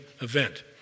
event